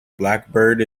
blackbird